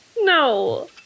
No